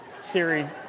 Siri